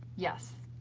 yes,